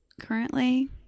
currently